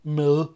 med